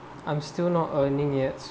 I'm still not earning yet